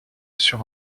sur